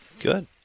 Good